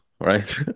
right